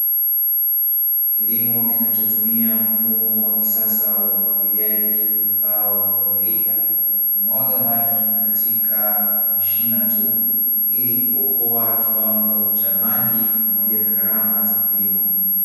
Kilimo kinachotumia mfumo wa kisasa wa umwagiliaji ambao ni wa mirija, kumwaga maji katika mashina tu ili kuokoa kiwango cha maji pamoja na gharama za kilimo.